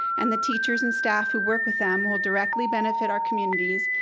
and the teachers and staff who work with them, will directly benefit our communities,